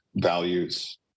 values